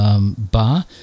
bar